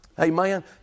Amen